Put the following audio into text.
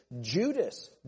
Judas